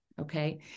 Okay